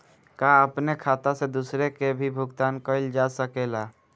का अपने खाता से दूसरे के भी भुगतान कइल जा सके ला?